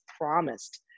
promised